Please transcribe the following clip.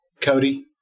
Cody